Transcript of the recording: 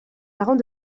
parents